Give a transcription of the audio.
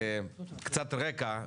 קצת רקע,